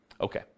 Okay